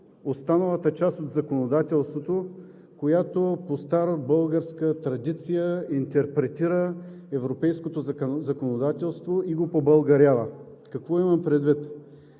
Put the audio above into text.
останалата част от законодателството, която по стара българска традиция интерпретира европейското законодателство и го побългарява. Какво имам предвид?